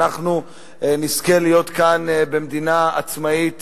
אני מבקש להודות לכם על אישור החוק החשוב